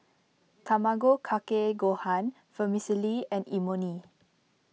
Tamago Kake Gohan Vermicelli and Imoni